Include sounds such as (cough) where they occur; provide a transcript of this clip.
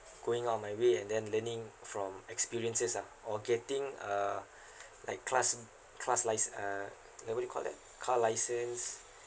going all my way and then learning from experiences ah or getting uh (breath) like class class lice~ uh like what you call that car license